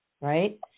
Right